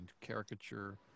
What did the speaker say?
caricature